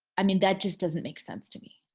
i mean, that just doesn't make sense to me.